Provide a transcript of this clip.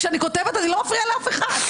כשאני כותבת, אני לא מפריעה לאף אחד.